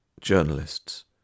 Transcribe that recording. journalists